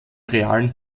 realen